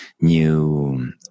new